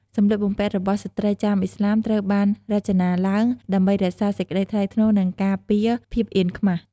សម្លៀកបំពាក់របស់ស្ត្រីចាមឥស្លាមត្រូវបានរចនាឡើងដើម្បីរក្សាសេចក្តីថ្លៃថ្នូរ និងការពារភាពអៀនខ្មាស។